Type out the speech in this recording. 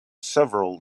several